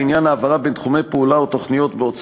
לעניין העברה בין תחומי פעולה או